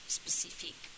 specific